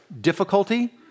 difficulty